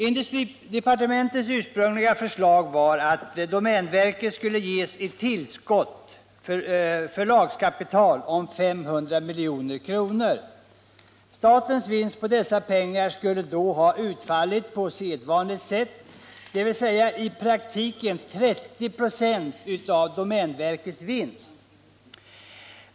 Industridepartementets ursprungliga förslag var att domänverket skulle ges ett tillskott, ett förlagskapital om 500 milj.kr. Statens vinst på dessa pengar skulle då ha utfallit på sedvanligt sätt, dvs. i praktiken med 30 96 av domänverkets vinst.